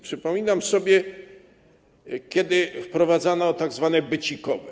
Przypominam sobie, kiedy wprowadzano tzw. becikowe.